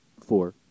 Four